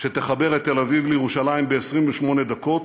שתחבר את תל אביב לירושלים ב-28 דקות,